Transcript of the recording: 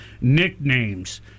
nicknames